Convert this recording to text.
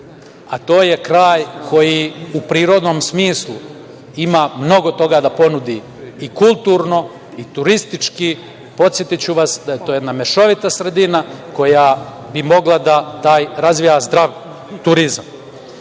a to je kraj koji, u prirodnom smislu, ima mnogo toga da ponudi, i kulturno i turistički. Podsetiću vas da je to jedna mešovita sredina koja bi mogla da razvija zdrav turizam. Moram